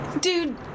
Dude